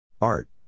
Art